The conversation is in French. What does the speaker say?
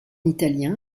italien